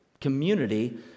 community